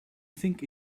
think